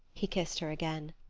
he kissed her again.